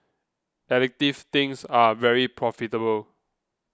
addictive things are very profitable